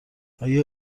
آیا